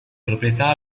proprietà